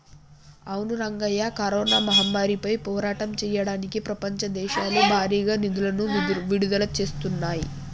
అవును రంగయ్య కరోనా మహమ్మారిపై పోరాటం చేయడానికి ప్రపంచ దేశాలు భారీగా నిధులను విడుదల చేస్తున్నాయి